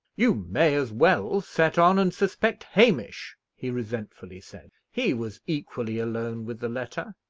you may as well set on and suspect hamish, he resentfully said. he was equally alone with the letter.